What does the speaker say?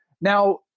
Now